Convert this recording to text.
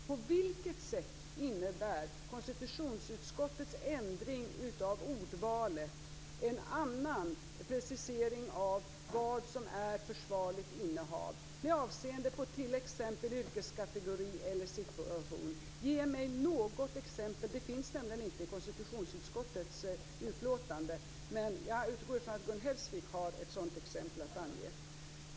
På vilket sätt innebär konstitutionsutskottets ändring av ordvalet en annan precisering av vad som är försvarligt innehav med avseende t.ex. på yrkeskategori eller situation? Ge mig något exempel. Det finns nämligen inte i konstitutionsutskottets utlåtande. Jag utgår ifrån att Gun Hellsvik har ett sådant exempel att ange.